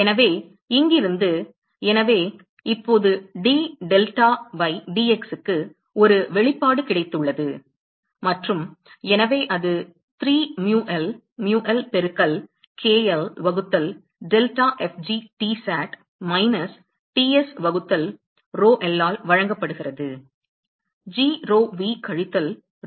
எனவே இங்கிருந்து எனவே இப்போது d டெல்டா பை dx க்கு ஒரு வெளிப்பாடு கிடைத்துள்ளது மற்றும் எனவே அது 3 mu l mu l பெருக்கல் k l வகுத்தல் delta f g Tsat minus Ts வகுத்தல் rho l ஆல் வழங்கப்படுகிறது g rho v கழித்தல் rho l